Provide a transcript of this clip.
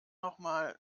nochmal